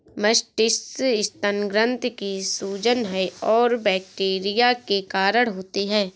mastitis स्तन ग्रंथि की सूजन है और बैक्टीरिया के कारण होती है